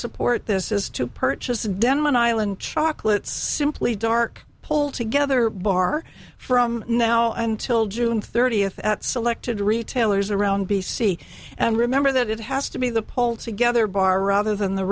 support this is to purchase denman island chocolates simply dark pull together bar from now until june thirtieth at selected retailers around b c and remember that it has to be the pull together bar rather than the